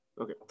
Okay